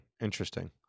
Interesting